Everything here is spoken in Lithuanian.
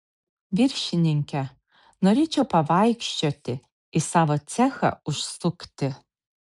viršininke norėčiau pavaikščioti į savo cechą užsukti